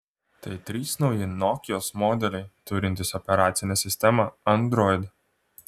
tai trys nauji nokios modeliai turintys operacinę sistemą android